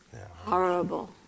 horrible